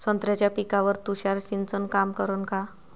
संत्र्याच्या पिकावर तुषार सिंचन काम करन का?